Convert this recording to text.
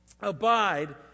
Abide